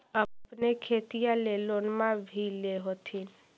अपने खेतिया ले लोनमा भी ले होत्थिन?